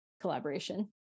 collaboration